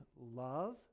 love